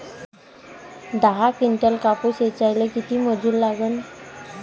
दहा किंटल कापूस ऐचायले किती मजूरी लागन?